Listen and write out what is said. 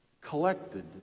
Collected